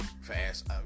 fast